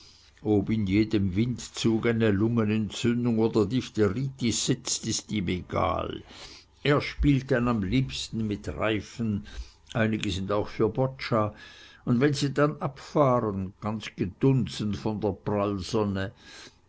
ob in jedem windzug eine lungenentzündung oder diphtheritis sitzt ist ihm egal er spielt dann am liebsten mit reifen einige sind auch für boccia und wenn sie dann abfahren ganz gedunsen von der prallsonne